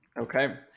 okay